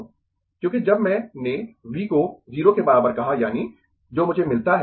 क्योंकि जब मैंने V को 0 के बराबर कहा यानी जो मुझे मिलता है